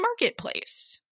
marketplace